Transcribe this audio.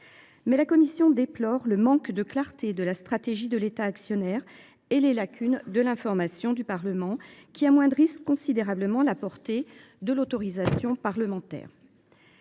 la commission déplore le manque de clarté de la stratégie de l’État actionnaire et les lacunes dans l’information du Parlement, qui amoindrissent considérablement la portée de l’autorisation parlementaire.